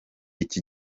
iki